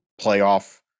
playoff